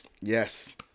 Yes